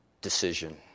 decision